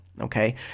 Okay